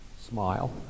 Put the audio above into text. smile